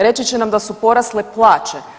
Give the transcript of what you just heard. Reći će nam da su porasle plaće.